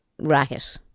Racket